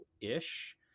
ish